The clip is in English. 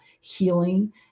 healing